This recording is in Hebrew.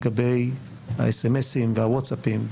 לגבי האס-אמ-אסים והוואטסאפים,